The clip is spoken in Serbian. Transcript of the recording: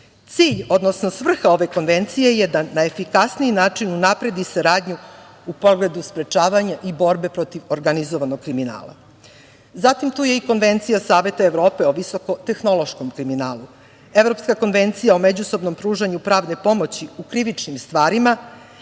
Cilj, odnosno svrha ove konvencije je da na efikasniji način unapredi saradnju u pogledu sprečavanja i borbe protiv organizovanog kriminala. Zatim, tu je i Konvencija Saveta Evrope o visokotehnološkom kriminalu, Evropska konvencija o međusobnom pružanju pravne pomoći u krivičnim stvarima,